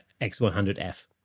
X100F